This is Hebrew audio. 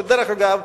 שדרך אגב,